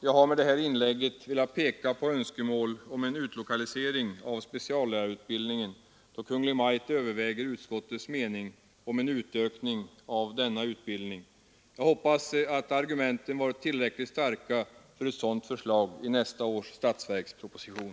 Jag har med det här inlägget velat peka på önskemål om en utlokalisering av speciallärarutbildningen, då Kungl. Maj:t överväger utskottets mening om en utökning av denna utbildning. Jag hoppas att argumenten varit tillräckligt starka för ett sådant förslag i nästa års statsverksproposition.